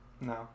No